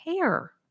care